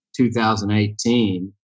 2018